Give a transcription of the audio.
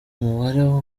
umubare